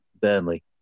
Burnley